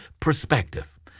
perspective